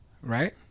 Right